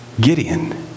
Gideon